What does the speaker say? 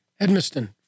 Edmiston